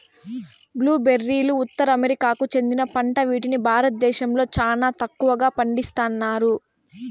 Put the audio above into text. blue బెర్రీలు ఉత్తర అమెరికాకు చెందిన పంట వీటిని భారతదేశంలో చానా తక్కువగా పండిస్తన్నారు